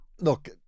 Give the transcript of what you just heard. look